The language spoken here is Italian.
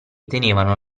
tenevano